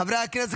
חברי הכנסת,